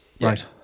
Right